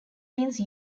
since